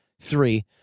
Three